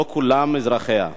שלא כולם אזרחיה.